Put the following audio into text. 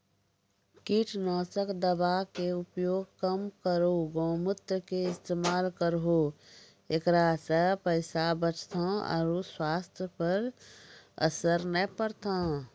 कीटनासक दवा के उपयोग कम करौं गौमूत्र के इस्तेमाल करहो ऐकरा से पैसा बचतौ आरु स्वाथ्य पर असर नैय परतौ?